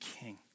king